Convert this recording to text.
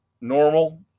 normal